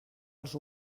els